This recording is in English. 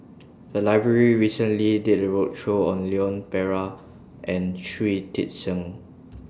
The Library recently did A roadshow on Leon Perera and Shui Tit Sing